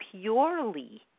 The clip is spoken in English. purely